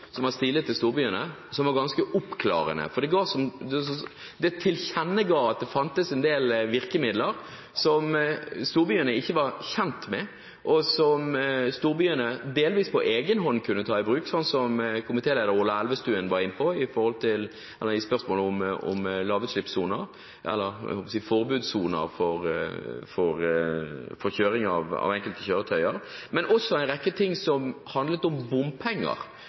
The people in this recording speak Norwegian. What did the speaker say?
som var stilet til storbyene. Det var ganske oppklarende for det tilkjennega at det fantes en del virkemidler som storbyene ikke var kjent med, og som storbyene delvis på egenhånd kunne ta i bruk – som komitéleder Ola Elvestuen var inne på i spørsmålet om lavutslippssoner, jeg holdt på å si «forbudssoner», for kjøring av enkelte kjøretøyer – men også en rekke ting som handlet om bompenger,